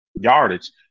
yardage